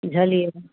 बुझलियै